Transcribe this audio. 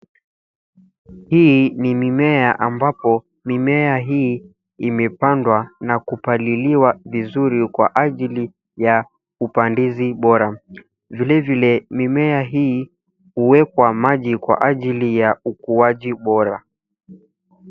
Hii ni mimea ambapo mimea hii imepandwa na kupaliliwa vizuri kwa ajili ya upandizi bora. Vile vile, mmea hii huwekwa maji kwa ajili ya ukuaji bora.